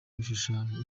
bishushanyo